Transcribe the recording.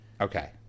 Okay